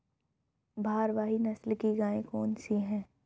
भारवाही नस्ल की गायें कौन सी हैं?